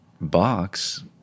box